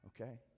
Okay